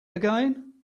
again